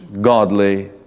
godly